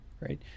right